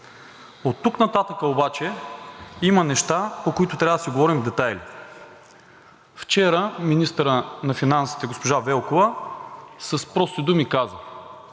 Оттук нататък обаче има неща, по които трябва да си говорим в детайли. Вчера министърът на финансите госпожа Велкова с прости думи каза: